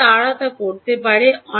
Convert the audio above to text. তবে তারা তা করতে পারে